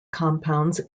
compounds